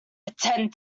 attend